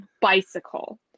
bicycle